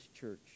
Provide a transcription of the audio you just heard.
church